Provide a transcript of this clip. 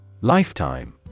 Lifetime